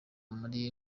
muri